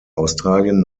australien